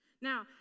Now